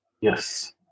Yes